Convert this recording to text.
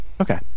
Okay